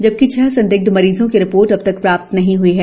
जबकि छह संदिग्ध मरीजों की रिपोर्ट अब तक प्राप्त नही हुई है